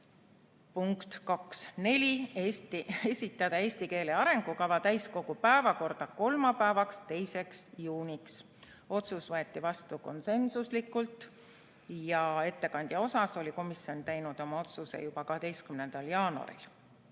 Punkt 2.4: esitada eesti keele arengukava täiskogu päevakorda kolmapäevaks, 2. juuniks. Otsus võeti vastu konsensusega. Ettekandja osas oli komisjon teinud oma otsuse juba 12. jaanuaril